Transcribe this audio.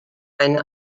eine